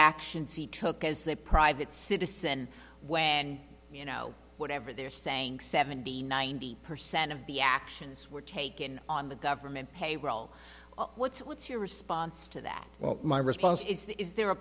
actions he took as a private citizen when you know whatever they're saying seventy ninety percent of the actions were taken on the government payroll what's what's your response to that well my response is that is there a